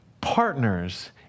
partners